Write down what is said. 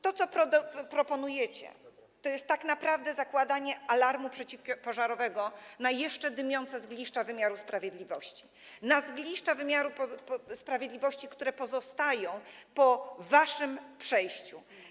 To, co proponujecie, to jest tak naprawdę zakładanie alarmu przeciwpożarowego na jeszcze dymiące zgliszcza wymiaru sprawiedliwości, na zgliszcza wymiaru sprawiedliwości, które pozostają po waszym przejściu.